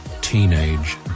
teenage